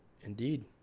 indeed